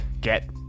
get